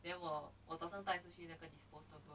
then 我我早上带你去那个 disposable